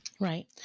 Right